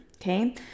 okay